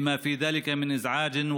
ולא להשתמש בזיקוקים,